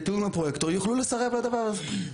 שלום לכולם,